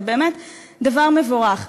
זה באמת דבר מבורך.